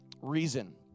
reason